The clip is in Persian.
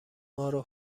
مارو